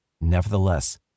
Nevertheless